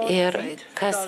ir kas